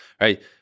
right